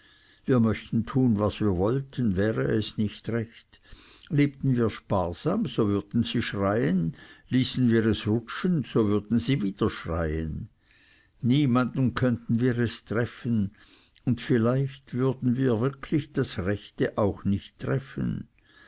wir möchten tun wie wir wollten wäre es nicht recht lebten wir sparsam so würden sie schreien ließen wir es rutschen würden sie wieder schreien niemanden könnten wir es treffen und vielleicht würden wir wirklich das rechte auch nicht treffen